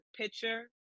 picture